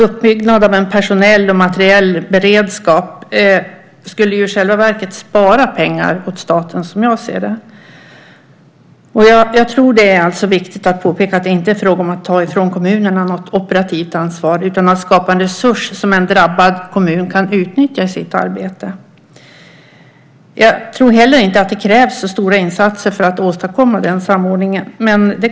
Uppbyggnad av en personell och materiell beredskap skulle i själva verket spara pengar åt staten, som jag ser det. Det är viktigt att påpeka att det inte är fråga om att ta ifrån kommunerna något operativt ansvar utan att skapa en resurs som en drabbad kommun kan utnyttja i sitt arbete. Jag tror heller inte att det krävs så stora insatser för att åstadkomma den samordningen.